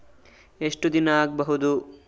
ಎಷ್ಟು ದಿನ ಆಗ್ಬಹುದು?